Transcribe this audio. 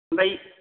ओमफ्राय